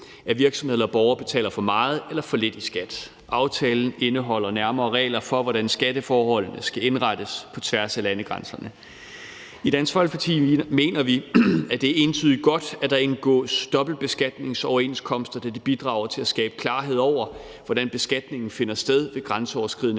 at virksomheder eller borgere betaler for meget eller for lidt i skat. Aftalen indeholder nærmere regler for, hvordan skatteforholdene skal indrettes på tværs af landegrænserne. I Dansk Folkeparti mener vi, at det er entydigt godt, at der indgås dobbeltbeskatningsoverenskomster, da det bidrager til at skabe klarhed over, hvordan beskatningen finder sted ved grænseoverskridende